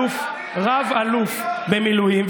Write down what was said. רב-אלוף במילואים,